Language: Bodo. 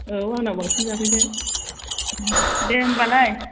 औ आंनाव बांसिन जाफैदो दे होनबालाय